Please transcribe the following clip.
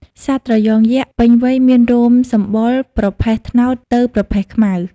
សត្វត្រយងយក្សពេញវ័យមានរោមសម្បុរ ប្រផេះត្នោតទៅប្រផេះខ្មៅ។